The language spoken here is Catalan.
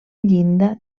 llinda